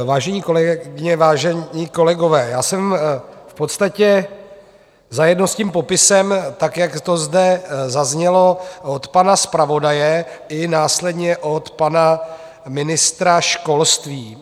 Vážené kolegyně, vážení kolegové, já jsem v podstatě zajedno s tím popisem, tak jak to zde zaznělo od pana zpravodaje i následně od pana ministra školství.